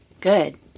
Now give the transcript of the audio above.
Good